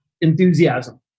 enthusiasm